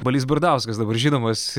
balys bardauskas dabar žinomas